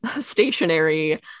stationary